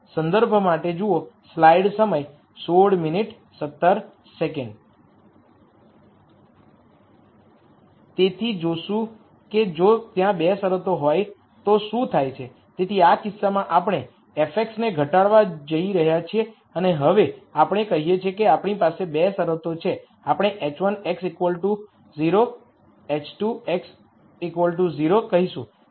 સંદર્ભ માટે જુઓ સ્લાઇડ સમય ૧૬૧૭ તેથી જોશું કે જો ત્યાં ૨ શરતો હોય તો શું થાય છે તેથી આ કિસ્સામાં આપણે f ને ઘટાડવા જઈ રહ્યા છીએ અને હવે આપણે કહીએ કે આપણી પાસે ૨ શરતો છે જે આપણે h1 x 0 h2 x 0 કહીશું